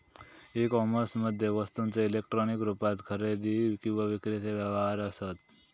E कोमर्समध्ये वस्तूंचे electronic रुपात खरेदी किंवा विक्रीचे व्यवहार असत